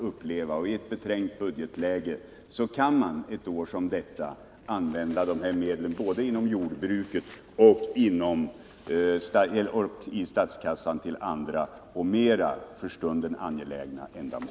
I ett beträngt budgetläge under ett år som detta kan man använda dessa medel både inom jordbruket och i statskassan till andra och mer för stunden angelägna ändamål.